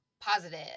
Positive